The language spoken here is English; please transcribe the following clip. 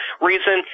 reason